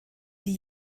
die